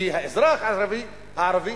כי האזרח הערבי